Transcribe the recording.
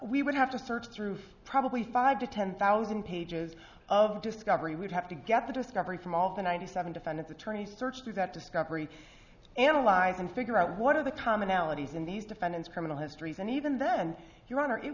we would have to search through probably five to ten thousand pages of discovery we'd have to get the discovery from all the ninety seven defendants attorneys search through that discovery analyze and figure out what are the commonalities in these defendants criminal histories and even then your honor it